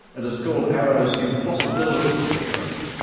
it is called arrow's impossibility theorem,